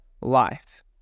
life